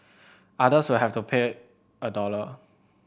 others will have to pay a dollar